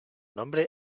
nombre